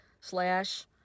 slash